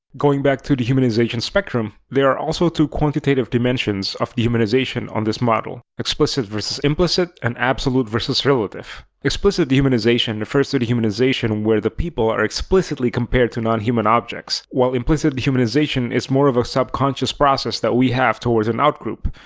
going back to dehumanization spectrum, there are also two quantitative dimensions of dehumanization on this model explicit vs implicit, and absolute vs relative. explicit dehumanization refers to dehumanization where the people are explicitly compared to non-human objects, while implicit dehumanization is more of a subconscious process that we have towards an outgroup.